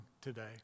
today